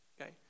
Okay